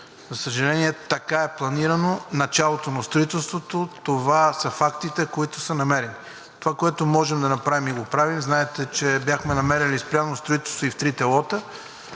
За съжаление, така е планирано началото на строителството. Това са фактите, които са намерени. Това, което можем да направим и го правим, знаете, че бяхме намерили спряно строителство и в трите лота,